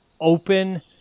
open